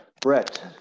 Brett